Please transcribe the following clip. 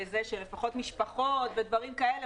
שלפחות משפחות ודברם כאלה,